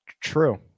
True